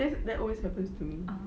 that that always happen to me